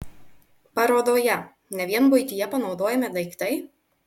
parodoje ne vien buityje panaudojami daiktai